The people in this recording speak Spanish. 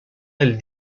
del